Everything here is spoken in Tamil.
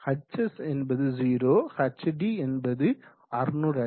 hs என்பது 0 hd என்பது 600 அடி